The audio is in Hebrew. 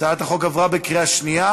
אני קובע שהצעת חוק הגנת הצרכן (תיקון מס' 45),